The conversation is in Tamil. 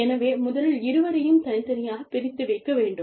எனவே முதலில் இருவரையும் தனித்தனியாக பிரித்து வைக்க வேண்டும்